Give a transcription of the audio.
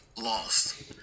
lost